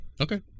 Okay